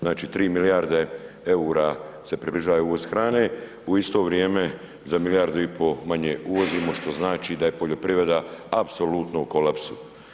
Znači 3 milijarde eura se približava uvoz hrane, u isto vrijeme za milijardu i pol manje uvozimo što znači da je poljoprivreda apsolutno u kolapsu.